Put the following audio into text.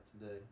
today